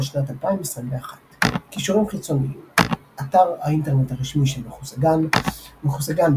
עד שנת 2021. קישורים חיצוניים אתר האינטרנט הרשמי של מחוסגן מחוסגן,